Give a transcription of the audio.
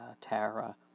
Tara